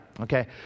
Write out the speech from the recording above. okay